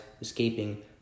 escaping